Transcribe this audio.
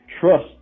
trust